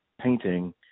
painting